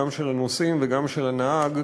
גם של הנוסעים וגם של הנהג,